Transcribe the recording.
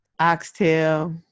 oxtail